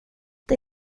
det